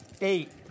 Eight